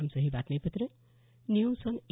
आमचं हे बातमीपत्र न्यूज ऑन ए